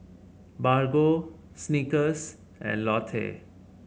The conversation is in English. Bargo Snickers and Lotte